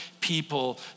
People